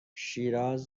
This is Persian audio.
شیراز